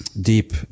deep